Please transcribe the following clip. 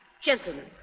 Gentlemen